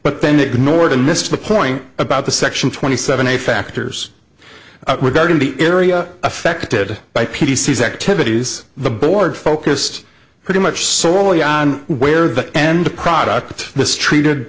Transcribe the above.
but then ignored and missed the point about the section twenty seven a factors regarding the area affected by pc's activities the board focused pretty much solely on where the end product mistreated